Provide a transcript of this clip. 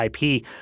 IP